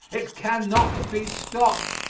it can not be stopped.